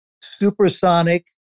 supersonic